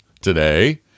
today